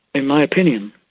in my opinion,